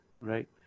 right